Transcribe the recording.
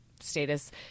status